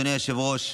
אדוני היושב-ראש,